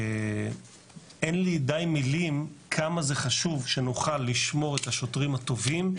ואין לי די מילים כמה זה חשוב שנוכל לשמור את השוטרים הטובים.